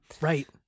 right